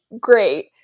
great